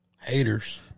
Haters